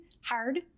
hard